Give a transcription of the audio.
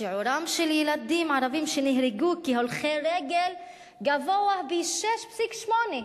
שיעורם של הילדים הערבים שנהרגו כהולכי רגל גבוה פי-6.8 מהשיעור,